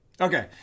Okay